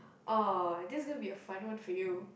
orh this gonna be a fun one for you